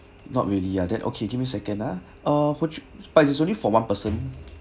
not really uh that okay give me a second uh which but it's only for one person